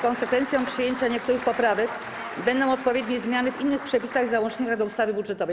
Konsekwencją przyjęcia niektórych poprawek będą odpowiednie zmiany w innych przepisach i załącznikach do ustawy budżetowej.